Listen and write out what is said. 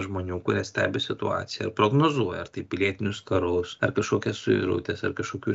žmonių kurie stebi situaciją ir prognozuoja ar tai pilietinius karus ar kažkokias suirutes ar kažkokių